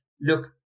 look